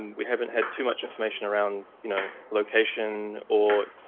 and we haven't had too much information around, you know location, or?